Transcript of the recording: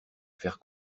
faire